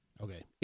Okay